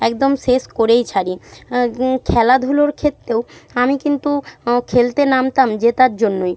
একদম শেষ করেই ছাড়ি খেলাধুলোর ক্ষেত্রেও আমি কিন্তু ও খেলতে নামতাম জেতার জন্যই